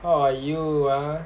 how are you ah